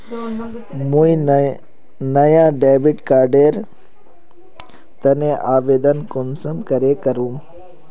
मुई नया debit card एर तने आवेदन कुंसम करे करूम?